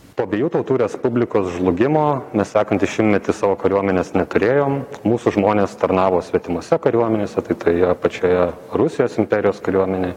po abiejų tautų respublikos žlugimo nes sekantį šimtmetį savo kariuomenės neturėjom mūsų žmonės tarnavo svetimose kariuomenėse tai toje pačioje rusijos imperijos kariuomenėj